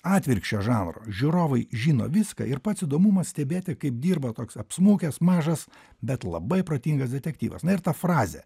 atvirkščio žanro žiūrovai žino viską ir pats įdomumas stebėti kaip dirba toks apsmukęs mažas bet labai protingas detektyvas na ir ta frazė